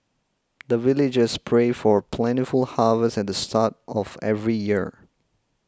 the villagers pray for plentiful harvest at the start of every year